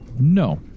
no